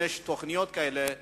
אם יש תוכניות כאלה,